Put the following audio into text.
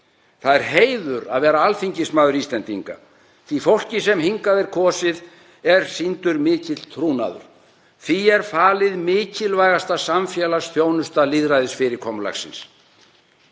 Það er heiður að vera alþingismaður Íslendinga. Því fólki sem hingað er kosið er sýndur mikill trúnaður. Því er falið mikilvægasta samfélagsþjónusta lýðræðisfyrirkomulagsins.